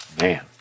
Man